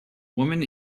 woman